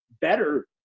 better